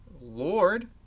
lord